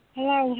Hello